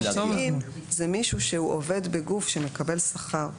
זה מישהו שהוא עובד בגוף שמקבל שכר,